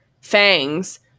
Fangs